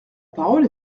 parole